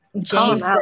James